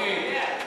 חיים,